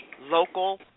local